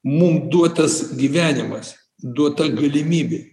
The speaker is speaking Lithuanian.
mum duotas gyvenimas duota galimybė